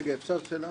רגע, אפשר שאלה?